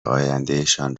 آیندهشان